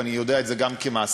ואני יודע את זה גם כמעסיק